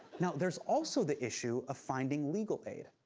now, there's also the issue of finding legal aid.